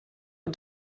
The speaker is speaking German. und